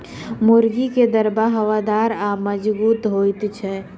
मुर्गीक दरबा हवादार आ मजगूत होइत छै